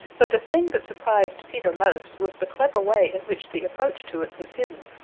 but the thing that surprised peter most was the clever way in which the approach to it was hidden.